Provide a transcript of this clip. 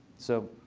so